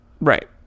Right